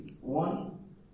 One